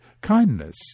kindness